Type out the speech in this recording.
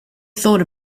thought